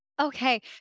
Okay